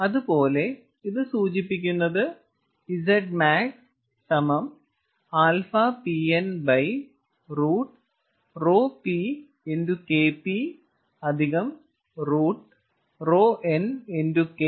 അതുപോലെ ഇത് സൂചിപ്പിക്കുന്നത് Zmax αPN √ρP KP √ρNKN2